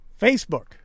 Facebook